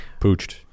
Pooched